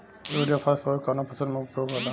Urea phosphorus कवना फ़सल में उपयोग होला?